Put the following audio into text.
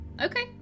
okay